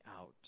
out